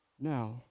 now